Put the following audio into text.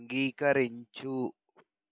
అంగీకరించు